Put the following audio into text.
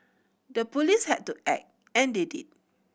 the police had to act and they did